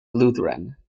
lutheran